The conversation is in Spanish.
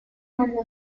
mandó